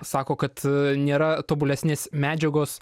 sako kad nėra tobulesnės medžiagos